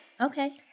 Okay